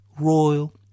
Royal